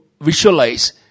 visualize